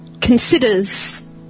considers